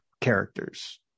characters